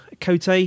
Cote